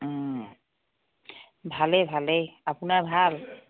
ভালেই ভালেই আপোনাৰ ভাল